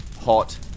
hot